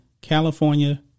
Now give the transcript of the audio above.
California